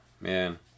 man